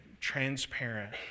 transparent